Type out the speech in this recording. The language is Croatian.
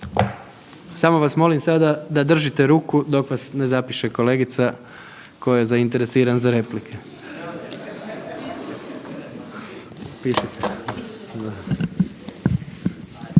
Samo vas molim sada da držite ruku dok vas ne zapiše kolegica tko je zainteresiran za repliku.